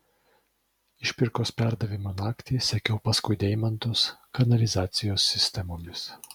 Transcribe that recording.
išpirkos perdavimo naktį sekiau paskui deimantus kanalizacijos sistemomis